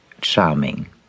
charming